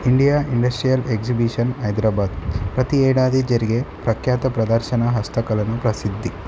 India industrial exhibition Hyderabad ప్రతి ఏడాది జరిగే ప్రఖ్యాత ప్రదర్శన హస్తకళను ప్రసిద్ధి